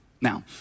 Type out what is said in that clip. Now